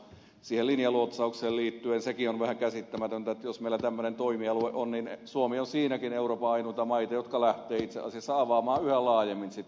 linjaluotsaukseen liittyen sekin on vähän käsittämätöntä että jos meillä tämmöinen toimialue on niin suomi on siinäkin euroopan ainuita maita jotka lähtevät itse asiassa avaamaan yhä laajemmin sitä